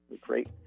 great